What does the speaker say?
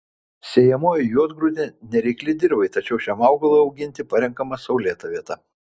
sėjamoji juodgrūdė nereikli dirvai tačiau šiam augalui auginti parenkama saulėta vieta